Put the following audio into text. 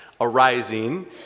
arising